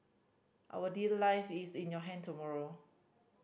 our leader life is in your hand tomorrow